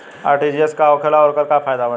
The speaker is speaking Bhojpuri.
आर.टी.जी.एस का होखेला और ओकर का फाइदा बाटे?